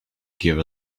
give